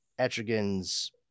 Etrigan's